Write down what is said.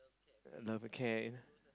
love care